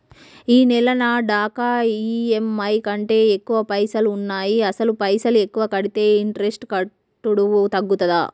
ఈ నెల నా కాడా ఈ.ఎమ్.ఐ కంటే ఎక్కువ పైసల్ ఉన్నాయి అసలు పైసల్ ఎక్కువ కడితే ఇంట్రెస్ట్ కట్టుడు తగ్గుతదా?